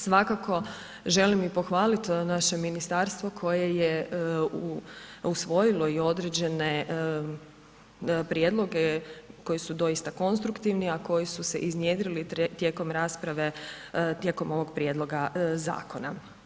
Svakako želim i pohvalit naše ministarstvo koje je usvojilo i određene prijedloge koji su doista konstruktivni, a koji su se iznjedrili tijekom rasprave tijekom ovog prijedloga zakona.